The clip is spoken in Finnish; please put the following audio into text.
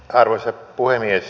arvoisa puhemies